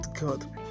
god